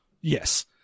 Yes